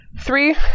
Three